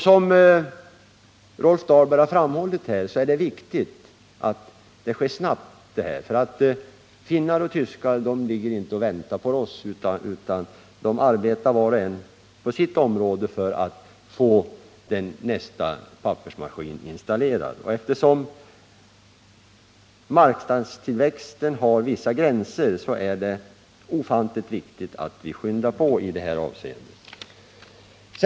Som Rolf Dahlberg har framhållit här är det viktigt att det hela sker snabbt, för finnar och tyskar väntar inte på oss utan arbetar var och en på sitt område för att få nästa pappersmaskin installerad. Eftersom marknadstillväxten har vissa gränser är det ofantligt betydelsefullt att vi skyndar på.